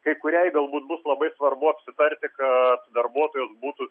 kai kuriai galbūt bus labai svarbu apsitarti kad darbuotojas būtų